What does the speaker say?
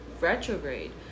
retrograde